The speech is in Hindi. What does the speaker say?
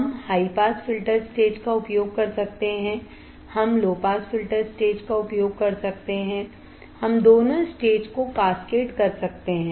हम हाई पास फिल्टर स्टेज का उपयोग कर सकते हैं हम लो पास फिल्टर स्टेज का उपयोग कर सकते हैं हम दोनों स्टेज को कैस्केड कर सकते हैं